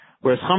Whereas